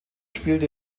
spielte